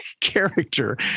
character